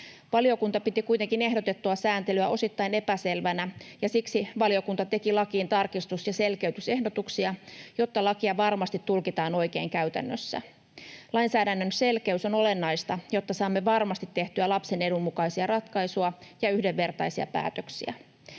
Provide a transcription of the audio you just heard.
Valiokunta piti kuitenkin ehdotettua sääntelyä osittain epäselvänä, ja siksi valiokunta teki lakiin tarkistus- ja selkeytysehdotuksia, jotta lakia varmasti tulkitaan oikein käytännössä. Lainsäädännön selkeys on olennaista, jotta saamme varmasti tehtyä lapsen edun mukaisia ratkaisuja ja yhdenvertaisia päätöksiä.